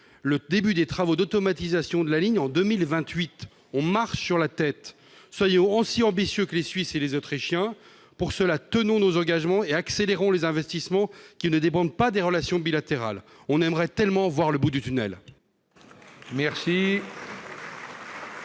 le début des travaux d'automatisation de la ligne est annoncé pour 2028 ; on marche sur la tête ! Soyons aussi ambitieux que les Suisses et les Autrichiens ! Pour cela, tenons nos engagements et accélérons les investissements qui ne dépendent pas des relations bilatérales. On aimerait tellement voir le bout du tunnel ...